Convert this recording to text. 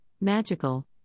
magical